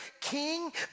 king